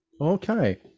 Okay